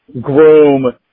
groom